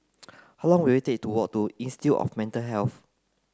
how long will it take to walk to Institute of Mental Health